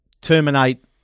terminate